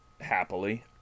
happily